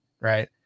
right